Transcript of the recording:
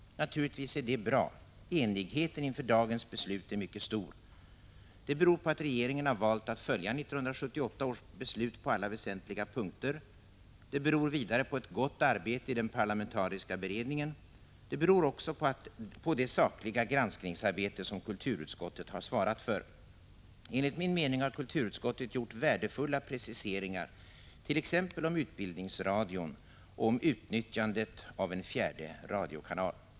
Naturligtvis är detta bra. Enigheten inför dagens beslut är mycket stor. Det beror på att regeringen har valt att följa 1978 års beslut på alla väsentliga punkter. Det beror vidare på ett gott arbete i den parlamentariska beredningen. Det beror också på det sakliga granskningsarbete som kulturutskottet svarat för. Enligt min mening har kulturutskottet gjort värdefulla preciseringar, t.ex. om Utbildningsradion och om utnyttjandet av en fjärde radiokanal.